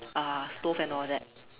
uh stove and all that